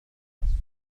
الصحون